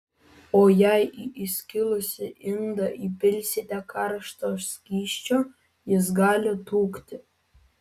o jei į įskilusį indą įpilsite karšto skysčio jis gali trūkti